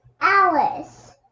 Alice